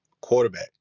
quarterback